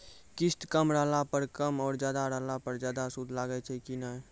किस्त कम रहला पर कम और ज्यादा रहला पर ज्यादा सूद लागै छै कि नैय?